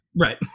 Right